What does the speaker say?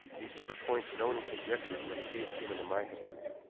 these were the points known and conjectured when the case came into my hands,